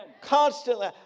Constantly